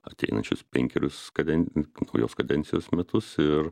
ateinančius penkerius kaden naujos kadencijos metus ir